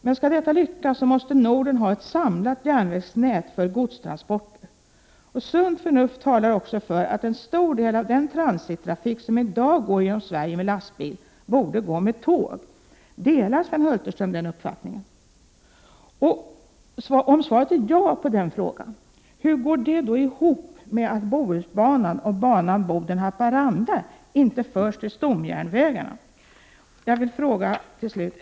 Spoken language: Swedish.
Men skall detta lyckas måste Norden ha ett samlat järnvägsnät för godstransporter. Sunt förnuft talar också för att en stor del av den transittrafik som i dag går genom Sverige med lastbil borde gå med tåg. Delar Sven Hulterström denna uppfattning? Om svaret på denna fråga är ja, hur går det då ihop med att Bohusbanan och banan Boden-Haparanda inte förs till stomjärnvägarna?